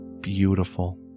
beautiful